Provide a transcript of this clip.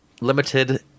limited